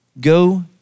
Go